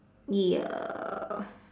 ya